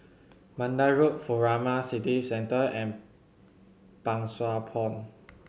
Mandai Road Furama City Centre and Pang Sua Pond